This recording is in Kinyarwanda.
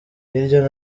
hirya